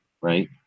right